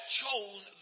chose